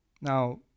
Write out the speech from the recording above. now